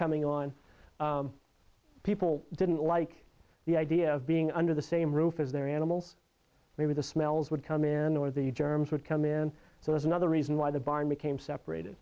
coming on people didn't like the idea of being under the same roof as their animals maybe the smells would come in or the germs would come in so that's another reason why the barn became separated